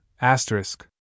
asterisk